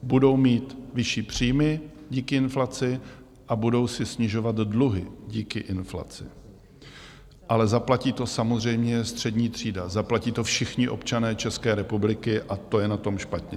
Budou mít vyšší příjmy díky inflaci a budou si snižovat dluhy díky inflaci, ale zaplatí to samozřejmě střední třída, zaplatí to všichni občané České republiky, a to je na tom špatně.